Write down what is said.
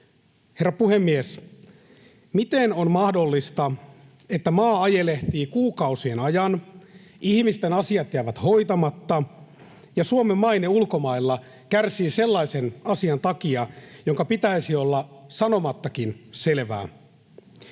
Herra puhemies! Miten on mahdollista, että maa ajelehtii kuukausien ajan, ihmisten asiat jäävät hoitamatta ja Suomen maine ulkomailla kärsii sellaisen asian takia, jonka pitäisi olla sanomattakin selvää?